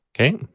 Okay